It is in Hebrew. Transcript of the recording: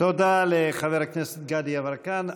תודה לחבר הכנסת גדי יברקן.